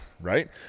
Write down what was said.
right